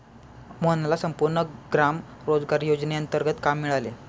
मोहनला संपूर्ण ग्राम रोजगार योजनेंतर्गत काम मिळाले